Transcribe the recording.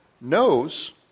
knows